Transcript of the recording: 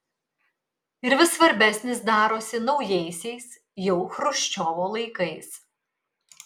ir vis svarbesnis darosi naujaisiais jau chruščiovo laikais